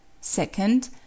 Second